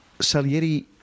Salieri